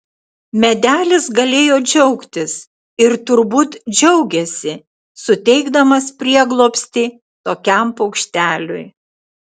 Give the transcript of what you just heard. medelis galėjo džiaugtis ir turbūt džiaugėsi suteikdamas prieglobstį tokiam paukšteliui